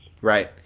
Right